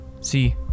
See